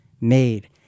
made